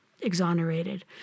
exonerated